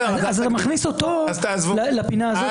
זה מכניס אותו לפינה הזאת.